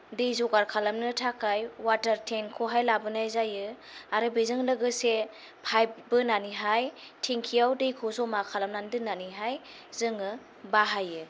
दै जगार खालामनो थाखाय वातार तेंकखौहाय लाबोनाय जायो आरो बेजों लोगोसे फाइप बोनानैहाय थेंकिआव दैखौ जमा खालामनानै दोन्नानैहाय जोङो बाहायो